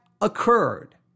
occurred